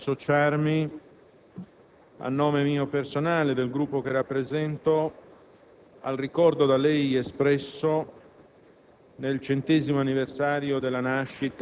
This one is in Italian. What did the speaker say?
Signor Presidente, desidero associarmi, a nome mio personale e del Gruppo che rappresento, al ricordo da lei espresso